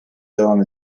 devam